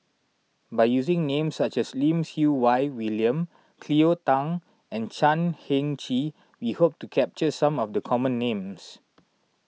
by using names such as Lim Siew Wai William Cleo Thang and Chan Heng Chee we hope to capture some of the common names